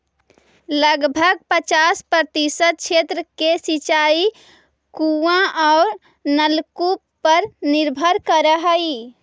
लगभग पचास प्रतिशत क्षेत्र के सिंचाई कुआँ औ नलकूप पर निर्भर करऽ हई